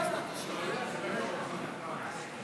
משפחות חיילים שנספו במערכה (תגמולים ושיקום)